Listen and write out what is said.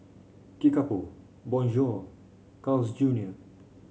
Kickapoo Bonjour Carl's Junior